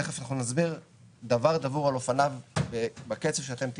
תיכף אנחנו נסביר דבר דבור על אופניו ובקצב שאתם תרצו.